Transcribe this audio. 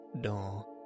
door